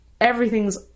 everything's